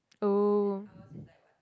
oh